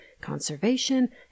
conservation